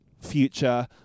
future